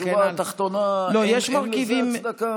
אני חושב שבשורה התחתונה אין לזה הצדקה.